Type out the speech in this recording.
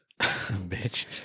bitch